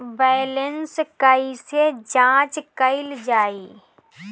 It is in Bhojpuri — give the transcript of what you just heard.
बैलेंस कइसे जांच कइल जाइ?